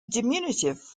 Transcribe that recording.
diminutive